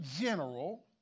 general